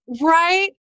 right